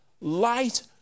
light